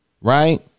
right